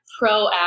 proactive